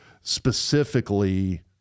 specifically